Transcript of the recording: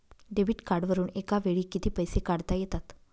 Debit कार्डवरुन एका वेळी किती पैसे काढता येतात?